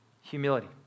humility